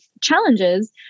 challenges